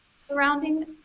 surrounding